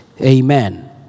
Amen